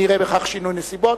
אני אראה בכך שינוי נסיבות,